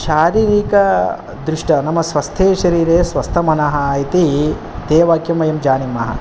शारीरिकदृष्ट्या नाम स्वस्थ्ये शरीरे स्वस्थ्यमनः इति ध्येयवाक्यं वयं जानीमः